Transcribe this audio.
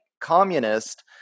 communist